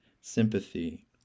sympathy